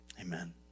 amen